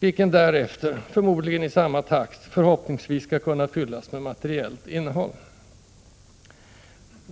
vilken därefter, förmodligen i samma takt, förhoppningsvis skall kunna fyllas med materiellt innehåll.